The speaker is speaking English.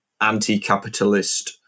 anti-capitalist